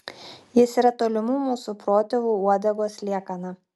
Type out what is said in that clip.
jis yra tolimų mūsų protėvių uodegos liekana